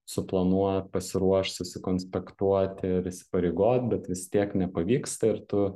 suplanuot pasiruošt sukonspektuoti ir įsipareigot bet vis tiek nepavyksta ir tu